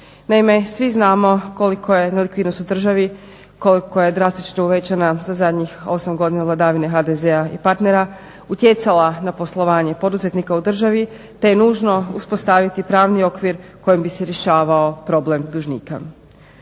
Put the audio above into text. Naime, svi znamo koliko je nelikvidnost u državi koliko je drastično uvećana za zadnjih 8 godina vladavine HDZ-a i partnera utjecala na poslovanje poduzetnika u državi te nužno uspostaviti pravni okvir kojim bi se rješavao problem dužnika.